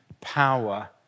power